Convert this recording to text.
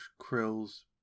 Krill's